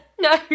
No